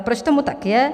Proč tomu tak je?